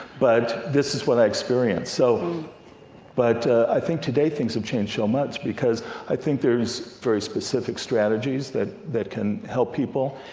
but this is what i experienced. so but i think today things have changed so much, because i think there's very specific strategies that that can help people,